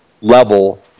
level